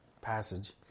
passage